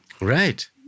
Right